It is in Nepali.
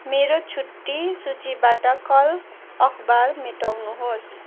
मेरो छुट्टी सूचीबाट कल अखबार मेटाउनुहोस्